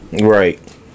Right